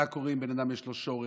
מה קורה אם לאדם יש שור אחד,